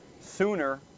sooner